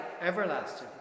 everlasting